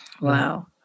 Wow